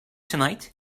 tonight